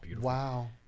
wow